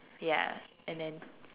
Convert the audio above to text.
ya and then